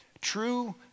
true